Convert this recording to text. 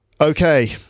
Okay